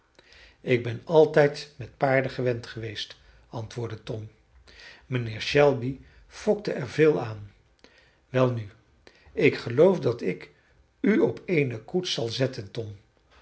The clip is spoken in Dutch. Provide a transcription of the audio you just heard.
ik ben altijd met paarden gewend geweest antwoordde tom mijnheer shelby fokte er veel aan welnu ik geloof dat ik u op eene koets zal zetten tom